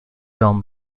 film